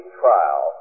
trial